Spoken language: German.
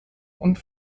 und